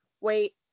Wait